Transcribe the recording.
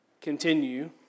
continue